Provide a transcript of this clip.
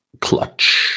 Clutch